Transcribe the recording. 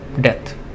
death